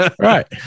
Right